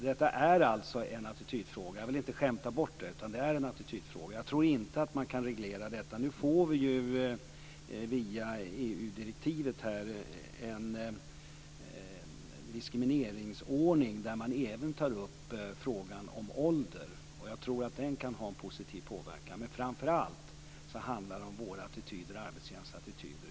Jag vill inte skämta bort detta utan menar att detta är en attitydfråga. Jag tror inte att man kan reglera detta. Vi får nu via EU-direktivet en diskrimineringsordning där man även tar upp frågan om ålder. Jag tror att det kan ha en positiv påverkan, men framför allt handlar det om våra och arbetsgivarnas attityder.